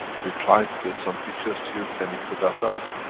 we tried to get some pictures to you, can you put that up.